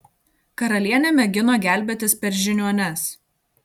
karalienė mėgino gelbėtis per žiniuones